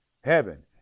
heaven